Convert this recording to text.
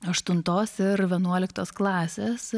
aštuntos ir vienuoliktos klasės